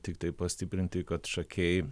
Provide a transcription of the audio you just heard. tiktai pastiprinti kad šakiai